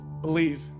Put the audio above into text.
believe